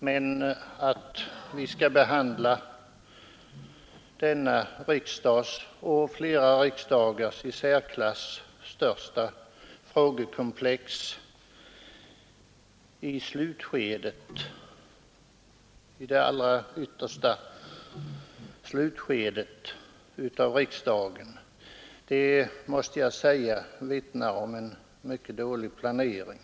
Men att vi skall behandla denna riksdags och flera riksdagars i särklass största frågekomplex i det allra yttersta slutskedet av riksdagen, det vittnar, måste jag säga, om en mycket dålig planering.